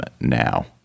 now